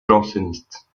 janséniste